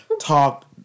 talk